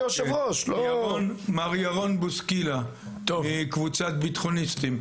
מר ירון בוסקילה, קבוצת "ביטחוניסטים".